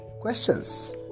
questions